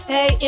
Hey